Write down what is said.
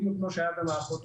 בדיוק כמו שהיה במערכות אחרות.